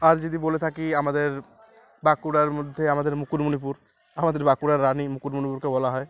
আর যদি বলে থাকি আমাদের বাঁকুড়ার মধ্যে আমাদের মুকটমণিপুর আমাদের বাঁকুড়ার রানী মুকটমণিপুরকে বলা হয়